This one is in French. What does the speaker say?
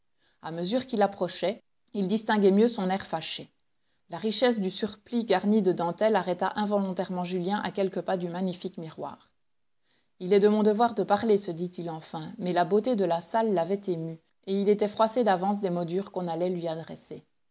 a mesure qu'il approchait il distinguait mieux son air fâché la richesse du surplis garni de dentelles arrêta involontairement julien à quelques pas du magnifique miroir il est de mon devoir de parler se dit-il enfin mais la beauté de la salle l'avait ému et il était froissé d'avance des mots durs qu'on allait lui adresser